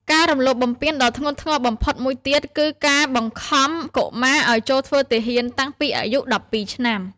ការរំលោភបំពានដ៏ធ្ងន់ធ្ងរបំផុតមួយទៀត គឺការបង្ខំកុមារឱ្យចូលធ្វើទាហានតាំងពីអាយុ ១២ ឆ្នាំ។